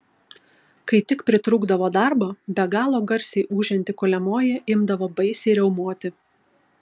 kai tik pritrūkdavo darbo be galo garsiai ūžianti kuliamoji imdavo baisiai riaumoti